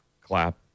clap